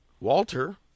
Walter